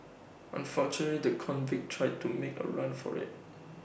unfortunately the convict tried to make A run for IT